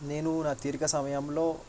నేను నా తీరిక సమయంలో